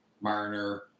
marner